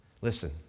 Listen